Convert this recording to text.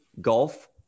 golf